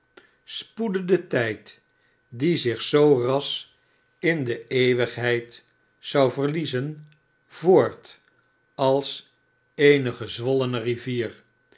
spoedde de tijd die zich zoo xas in de eeuwigheid zou verliezen voort als eene gezwollene rivier